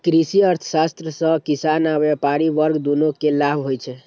कृषि अर्थशास्त्र सं किसान आ व्यापारी वर्ग, दुनू कें लाभ होइ छै